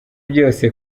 byose